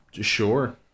Sure